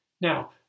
Now